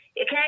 Okay